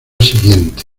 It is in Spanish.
siguiente